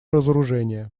разоружения